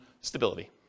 stability